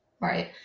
right